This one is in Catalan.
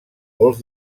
golf